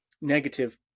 negative